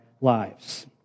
lives